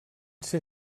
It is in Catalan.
ser